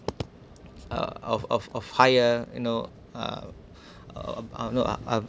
uh of of of higher you know uh uh uh you know uh um